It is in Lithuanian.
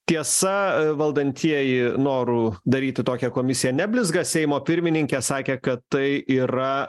tiesa valdantieji noru daryti tokią komisiją neblizga seimo pirmininkė sakė kad tai yra